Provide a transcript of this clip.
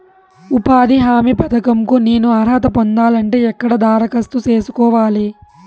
ఉపాధి హామీ పథకం కు నేను అర్హత పొందాలంటే ఎక్కడ దరఖాస్తు సేసుకోవాలి?